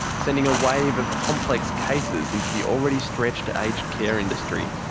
sending a wave of complex cases into the already stretched aged care industry.